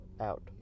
out